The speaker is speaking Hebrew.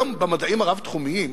היום במדעים הרב-תחומיים,